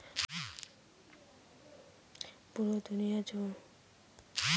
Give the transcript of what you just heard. পুরো দুনিয়া জুড়ে অনেক চাষের কাজের জন্য গ্রিনহাউস লাগে